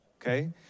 Okay